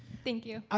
thank you. ah